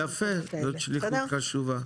יפה, זאת שליחות חשובה.